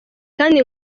kandi